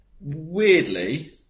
Weirdly